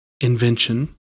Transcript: invention